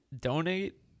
donate